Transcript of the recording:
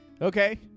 okay